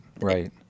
right